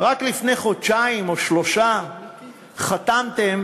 רק לפני חודשיים או שלושה חודשים חתמתם